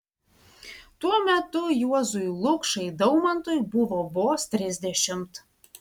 tuo metu juozui lukšai daumantui buvo vos trisdešimt